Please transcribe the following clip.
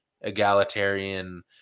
egalitarian